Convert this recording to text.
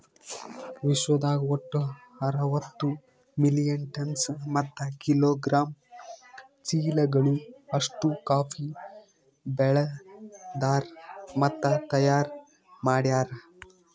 ವಿಶ್ವದಾಗ್ ಒಟ್ಟು ಅರವತ್ತು ಮಿಲಿಯನ್ ಟನ್ಸ್ ಮತ್ತ ಕಿಲೋಗ್ರಾಮ್ ಚೀಲಗಳು ಅಷ್ಟು ಕಾಫಿ ಬೆಳದಾರ್ ಮತ್ತ ತೈಯಾರ್ ಮಾಡ್ಯಾರ